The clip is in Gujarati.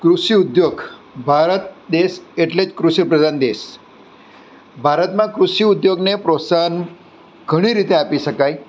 કૃષિ ઉદ્યોગ ભારત દેશ એટલે જ કૃષિ પ્રધાન દેશ ભારતમાં કૃષિ ઉદ્યોગને પ્રોત્સાહન ઘણી રીતે આપી શકાય